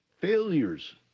failures